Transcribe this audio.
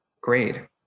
grade